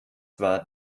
war